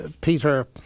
Peter